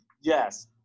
Yes